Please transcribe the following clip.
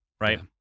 right